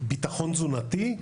ביטחון תזונתי,